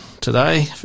today